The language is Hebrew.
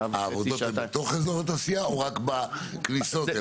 שעה וחצי שעתיים -- העבודות בתוך אזור התעשייה או רק בכניסות אליו?